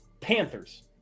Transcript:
Panthers